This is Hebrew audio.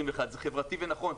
זה חברתי ונכון.